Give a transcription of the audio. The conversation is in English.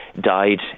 died